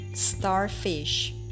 Starfish